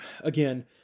again